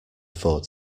afford